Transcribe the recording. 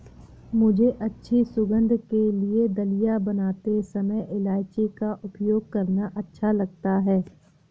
मुझे अच्छी सुगंध के लिए दलिया बनाते समय इलायची का उपयोग करना अच्छा लगता है